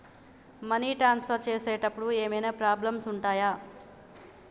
Money transfer చేసేటప్పుడు ఏమైనా problems ఉంటయా?